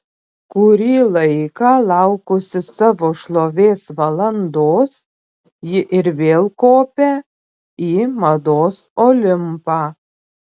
kurį laiką laukusi savo šlovės valandos ji ir vėl kopią į mados olimpą